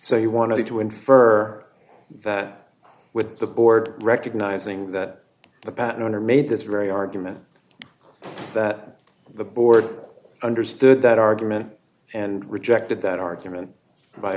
so you want me to infer that with the board recognizing that the patent owner made this very argument that the board understood that argument and rejected that argument by